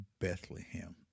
Bethlehem